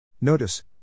Notice